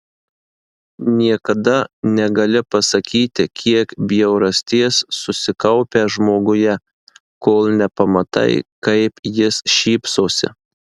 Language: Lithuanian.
niekada negali pasakyti kiek bjaurasties susikaupę žmoguje kol nepamatai kaip jis šypsosi